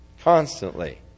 constantly